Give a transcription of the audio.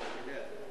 כן.